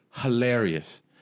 hilarious